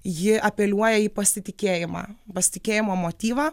ji apeliuoja į pasitikėjimą pasitikėjimo motyvą